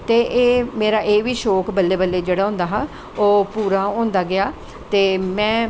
ते मेरा एह् बी शौंक बल्लोें बल्लैं होंदा हा ओह् पूरा होंदा गेआ ते में